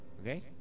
Okay